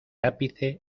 ápice